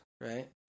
right